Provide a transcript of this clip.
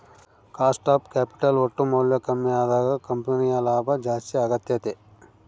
cost of capital ಒಟ್ಟು ಮೌಲ್ಯ ಕಮ್ಮಿ ಅದಾಗ ಕಂಪನಿಯ ಲಾಭ ಜಾಸ್ತಿ ಅಗತ್ಯೆತೆ